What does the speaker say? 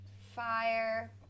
Fire